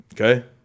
okay